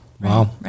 Wow